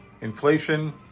Inflation